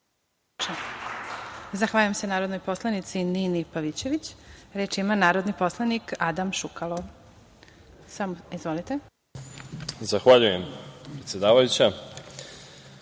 Zahvaljujem se narodnoj poslanici Nini Pavićević. Reč ima narodni poslanik Adam Šukalo. Izvolite.